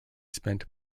spent